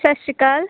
ਸਤਿ ਸ਼੍ਰੀ ਅਕਾਲ